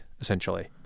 essentially